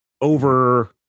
over